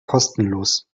kostenlos